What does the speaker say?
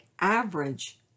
average